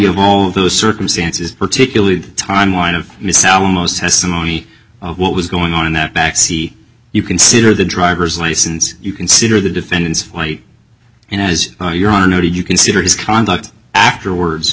of all of those circumstances particularly the timeline of miss alamosa testimony what was going on in that back see you consider the driver's license you consider the defendant's flight and as your honor do you consider his conduct actor words